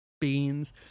beans